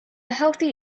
healthy